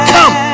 Come